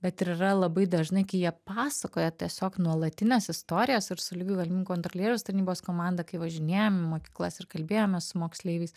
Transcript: bet ir yra labai dažnai kai jie pasakoja tiesiog nuolatines istorijas ir su lygių galimybių kontrolieriaus tarnybos komanda kai važinėjam į mokyklas ir kalbėjomės su moksleiviais